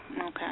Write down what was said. Okay